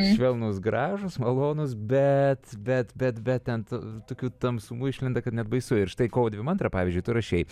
švelnūs gražūs malonūs bet bet bet bet ant tokių tamsumų išlenda kad net baisu ir štai kovo dvidešimt antrą pavyzdžiui tu rašei